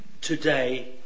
today